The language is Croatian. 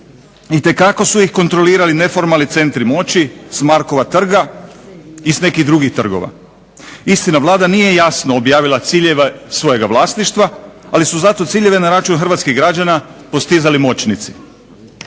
itekako su ih kontrolirali neformalni centri moći s Markova trga i s nekih drugih trgova. Istina, Vlada nije jasno objavila ciljeve svojega vlasništva, ali su zato ciljeve na račun hrvatskih građana postizali moćnici.